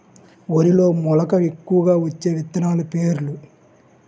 వరిలో మెలక ఎక్కువగా వచ్చే విత్తనాలు పేర్లు?